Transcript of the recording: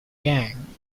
gang